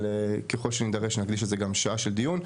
אבל ככל שנידרש, נקדיש לזה גם שעה של דיון.